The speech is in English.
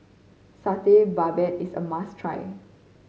Satay Babat is a must try